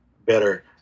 better